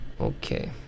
Okay